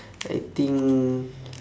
I think